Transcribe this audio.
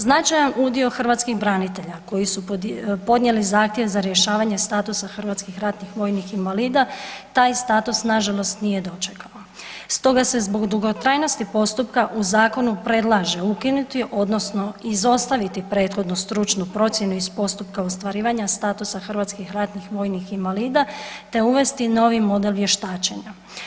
Značajan udio hrvatskih branitelja koji su podnijeli zahtjev za rješavanje statusa hrvatskih ratnih vojnih invalida, taj status nažalost nije dočekao stoga se zbog dugotrajnosti postupka u zakonu predlaže ukinuti odnosno izostaviti prethodnu stručnu procjenu iz postupka ostvarivanja statusa hrvatskih ratnih vojnih invalida te uvesti novi model vještačenja.